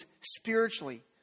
spiritually